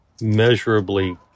measurably